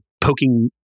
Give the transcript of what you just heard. poking